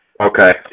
Okay